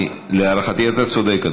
להערכתי אתה צודק,